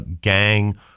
gang